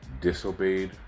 disobeyed